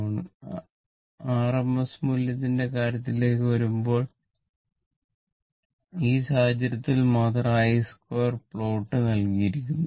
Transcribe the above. r RMS മൂല്യത്തിന്റെ കാര്യത്തിലേക്കു വരുമ്പോൾ ഈ സാഹചര്യത്തിൽ മാത്രം i2plot നൽകിയിരിക്കുന്നു